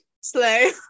slay